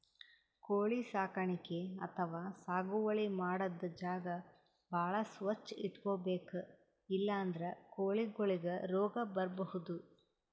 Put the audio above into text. ಕೋಳಿ ಸಾಕಾಣಿಕೆ ಅಥವಾ ಸಾಗುವಳಿ ಮಾಡದ್ದ್ ಜಾಗ ಭಾಳ್ ಸ್ವಚ್ಚ್ ಇಟ್ಕೊಬೇಕ್ ಇಲ್ಲಂದ್ರ ಕೋಳಿಗೊಳಿಗ್ ರೋಗ್ ಬರ್ಬಹುದ್